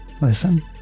listen